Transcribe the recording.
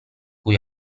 cui